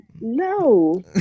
no